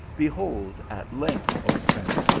behold, at length, oh prince,